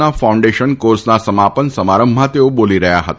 ના ફાઉન્ડેશન કોર્સના સમાપન સમારંભમાં તથ્પો દોલી રહ્યા હતા